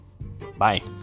Bye